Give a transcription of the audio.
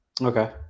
Okay